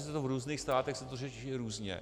V různých státech se to řeší různě.